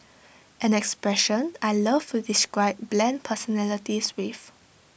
an expression I love to describe bland personalities with